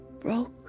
broke